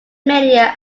media